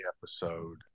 episode